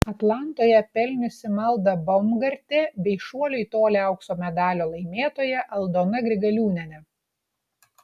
atlantoje pelniusi malda baumgartė bei šuolio į tolį aukso medalio laimėtoja aldona grigaliūnienė